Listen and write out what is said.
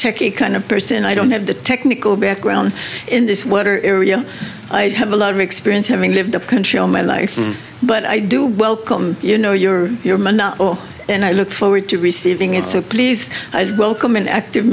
techie kind of person i don't have the technical background in this weather area i have a lot of experience having lived up country all my life but i do welcome you know your you know and i look forward to receiving it so please welcome an active